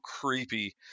creepy